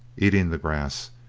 eating the grass,